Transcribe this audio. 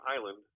island